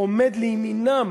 עומד לימינם